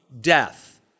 death